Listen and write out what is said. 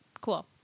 cool